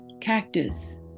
Cactus